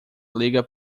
liga